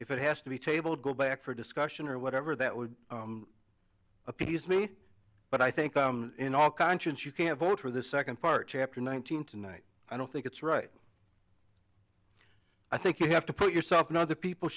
if it has to be tabled go back for discussion or whatever that would appease me but i think in all conscience you can vote for the second part chapter nineteen tonight i don't think it's right i think you have to put yourself in other people's